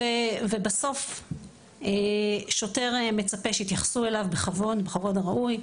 בסוף שוטר מצפה שיתייחסו אליו בכבוד הראוי,